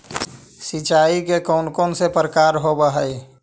सिंचाई के कौन कौन से प्रकार होब्है?